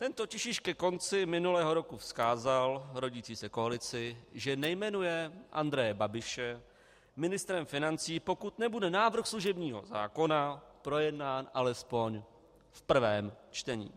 Ten totiž již ke konci minulého roku vzkázal rodící se koalici, že nejmenuje Andreje Babiše ministrem financí, pokud nebude návrh služebního zákona projednán alespoň v prvém čtení.